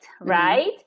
Right